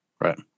Right